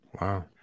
Wow